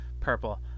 purple